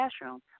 classroom